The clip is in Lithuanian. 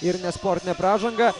ir nesportinę pražangą